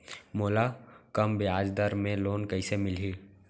मोला कम ब्याजदर में लोन कइसे मिलही?